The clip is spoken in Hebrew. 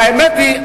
אבל האמת היא,